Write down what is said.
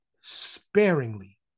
sparingly